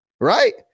Right